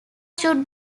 should